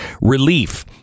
Relief